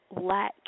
lack